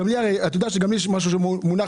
אתה יודע שגם לי יש משהו מונח,